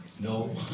No